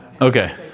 Okay